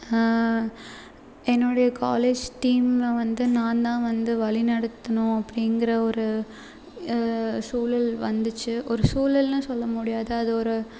என்னுடய காலேஜ் டீமில் வந்து நான் தான் வந்து வழி நடத்துணும் அப்படிங்கிற ஒரு சூழல் வந்துச்சு ஒரு சூழல்னு சொல்ல முடியாது அது ஒரு